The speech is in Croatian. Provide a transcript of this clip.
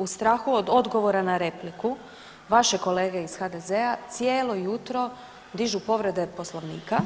U strahu od odgovora na repliku vaše kolege iz HDZ-a cijelo jutro dižu povrede poslovnika